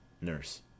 Nurse